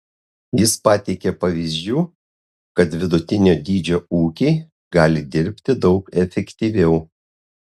jis pateikė pavyzdžių kad vidutinio dydžio ūkiai gali dirbti daug efektyviau